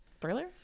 thriller